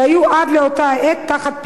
שהיו עד לאותה העת תחת פיקוח.